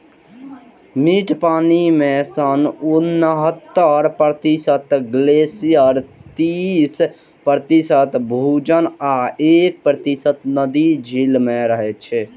मीठ पानि मे सं उन्हतर प्रतिशत ग्लेशियर, तीस प्रतिशत भूजल आ एक प्रतिशत नदी, झील मे रहै छै